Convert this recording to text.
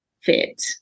fit